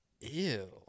Ew